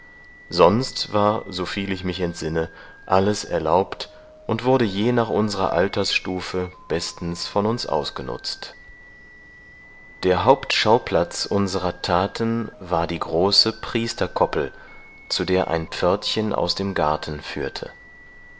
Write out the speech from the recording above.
sonst war soviel ich mich entsinne alles erlaubt und wurde ja nach unserer altersstufe bestens von uns ausgenutzt der hauptschauplatz unserer taten war die große priesterkoppel zu der ein pförtchen aus dem garten führte